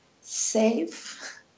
safe